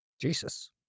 Jesus